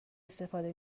استفاده